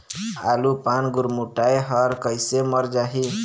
आलू पान गुरमुटाए हर कइसे मर जाही?